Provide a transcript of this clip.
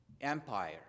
empire